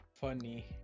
funny